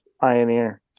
Pioneer